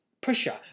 pressure